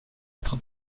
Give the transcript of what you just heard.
être